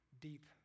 deep